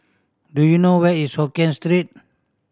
do you know where is Hokkien Street